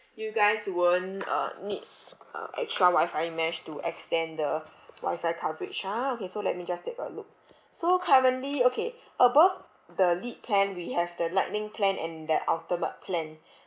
you guys won't uh need uh extra wifi mesh to extend the wifi coverage ah okay so let me just take a look so currently okay above the lite plan we have the lightning plan and the ultimate plan